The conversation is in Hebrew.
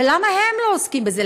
ולמה הם לא עוסקים בזה?